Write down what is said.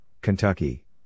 Kentucky